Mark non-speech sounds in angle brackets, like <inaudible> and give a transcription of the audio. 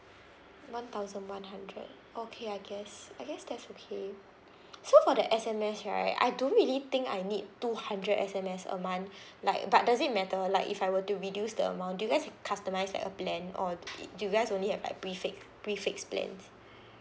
one thousand one hundred okay I guess I guess that's okay so for the S_M_S right I don't really think I need two hundred S_M_S a month <breath> like but does it matter like if I were to reduce the amount do you guys customise like a plan or it do you guys only have like prefix prefixed plans